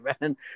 man